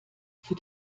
für